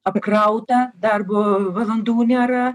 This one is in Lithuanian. apkrautą darbo valandų nėra